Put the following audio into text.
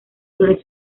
flores